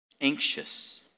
anxious